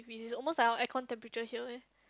if it's almost like our aircon temperature here eh